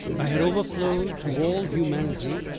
i had overflowed to all humanity,